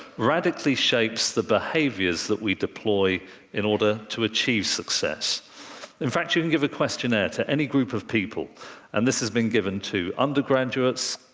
radically shapes the behaviors that we deploy in order to achieve success in fact, you can give a questionnaire to any group of people and this has been given to undergraduates,